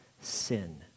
sin